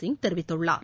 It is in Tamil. சிப் தெரிவித்துள்ளார்